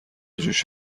جوش